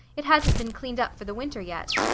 it hasn't been cleaned up for the winter yet.